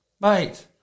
Mate